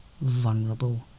vulnerable